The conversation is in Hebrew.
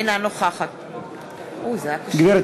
אינה נוכחת גברתי,